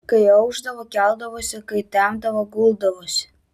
kai aušdavo keldavosi kai temdavo guldavosi